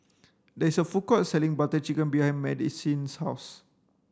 there is a food court selling Butter Chicken behind Madisyn's house